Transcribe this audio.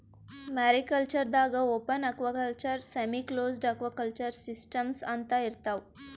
mariculture ದಾಗಾ open aquaculture, semi closed aquaculture systems ಅಂತಾ ಇರ್ತವ್